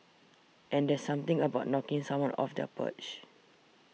and there's something about knocking someone off their perch